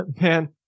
Man